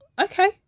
Okay